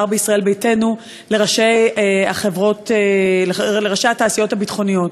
מישראל ביתנו לראשי התעשיות הביטחוניות.